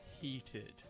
heated